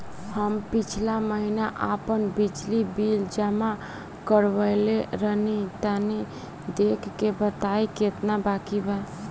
हम पिछला महीना आपन बिजली बिल जमा करवले रनि तनि देखऽ के बताईं केतना बाकि बा?